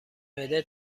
معده